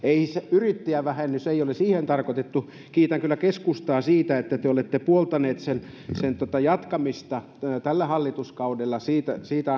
yrittäjävähennys ei ole siihen tarkoitettu kiitän kyllä keskustaa siitä että te te olette puoltaneet sen sen jatkamista tällä hallituskaudella siitä siitä